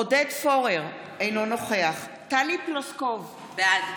עודד פורר, אינו נוכח טלי פלוסקוב, בעד